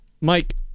Mike